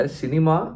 cinema